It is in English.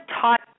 taught